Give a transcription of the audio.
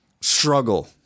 struggle